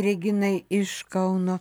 reginai iš kauno